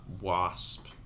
Wasp